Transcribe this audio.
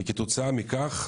וכתוצאה מכך,